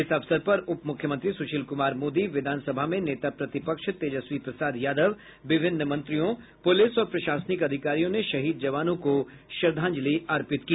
इस अवसर पर उप मुख्यमंत्री सुशील कुमार मोदी विधान सभा में नेता प्रतिपक्ष तेजस्वी प्रसाद यादव विभिन्न मंत्रियों पुलिस और प्रशासनिक अधिकारियों ने शहीद जवानों को श्रद्धांजलि अर्पित की